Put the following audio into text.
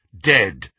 dead